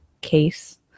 case